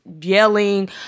yelling